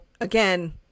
again